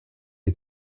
die